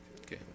Okay